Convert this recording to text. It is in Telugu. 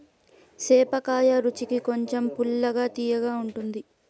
సేపకాయ రుచికి కొంచెం పుల్లగా, తియ్యగా ఉంటాది